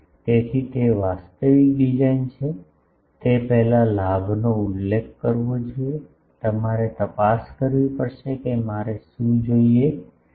તેથી તે વાસ્તવિક ડિઝાઇન છે તે પહેલાં લાભનો ઉલ્લેખ કરવો જોઈએ તમારે તપાસ કરવી પડશે કે મારે શું જોઈએ છે